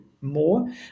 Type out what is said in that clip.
more